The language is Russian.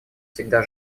всегда